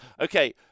Okay